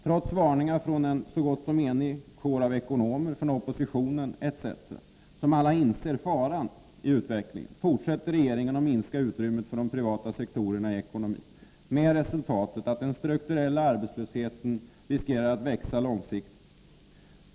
Trots varningar från en så gott som enig kår av ekonomer, från oppositionen och från många andra som inser faran i denna utveckling fortsätter regeringen att minska utrymmet för de privata sektorerna i ekonomin, med resultatet att den strukturella arbetslösheten riskerar att växa långsiktigt.